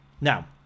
Now